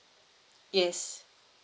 yes